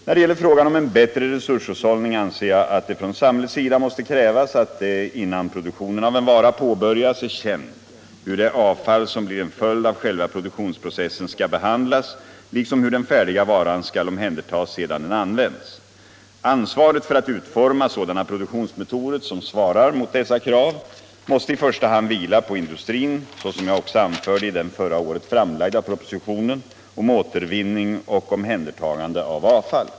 När det gäller frågan om en bättre resurshushållning anser jag att det från samhällets sida måste krävas att det, innan produktionen av en vara påbörjas, är känt hur det avfall som blir en följd av själva produktionsprocessen skall behandlas liksom hur den färdiga varan skall omhändertas sedan den använts. Ansvaret för att utforma sådana produktionsmetoder som svarar mot dessa krav måste i första hand vila på industrin såsom jag också anförde i den förra året framlagda propositionen om återvinning och omhändertagande av avfall.